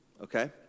okay